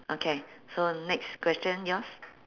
okay so next question yours